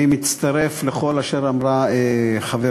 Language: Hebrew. אני מצטרף לכל אשר אמרה חברתי.